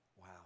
Wow